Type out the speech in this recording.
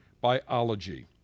biology